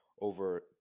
over